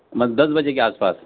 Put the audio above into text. بس دس بجے کے آس پاس